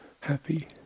happy